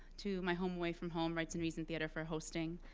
to my home away from home, rights and reason theater for hosting.